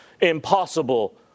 impossible